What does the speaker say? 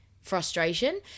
frustration